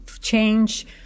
change